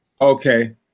Okay